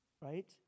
right